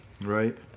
Right